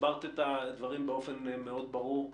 שהסברת את הדברים באופן מאוד ברור.